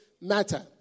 matter